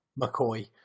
McCoy